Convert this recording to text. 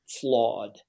flawed